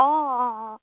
অঁ অঁ অঁ